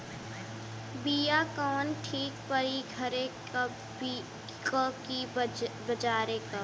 बिया कवन ठीक परी घरे क की बजारे क?